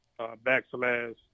backslash